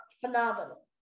phenomenal